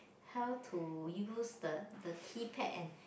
how to use the the keypad and